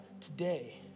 today